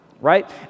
right